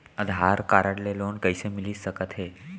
आधार card ले loan कइसे मिलिस सकत हे?